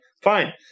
fine